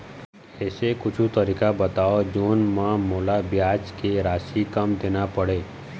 ऐसे कुछू तरीका बताव जोन म मोला ब्याज के राशि कम देना पड़े?